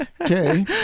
Okay